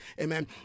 amen